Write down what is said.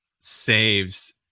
saves